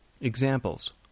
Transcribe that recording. Examples